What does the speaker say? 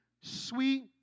sweet